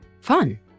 fun